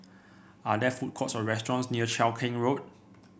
are there food courts or restaurants near Cheow Keng Road